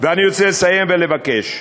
אני רוצה לסיים ולבקש,